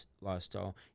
lifestyle